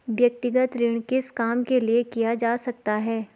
व्यक्तिगत ऋण किस काम के लिए किया जा सकता है?